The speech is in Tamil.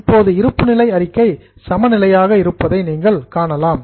இப்போது இருப்பு நிலை அறிக்கை சமநிலையாக இருப்பதை காணலாம்